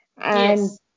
Yes